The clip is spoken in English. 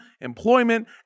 employment